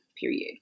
period